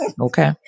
Okay